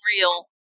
real